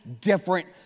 different